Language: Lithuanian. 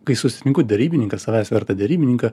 kai susitinku derybininką savęs vertą derybininką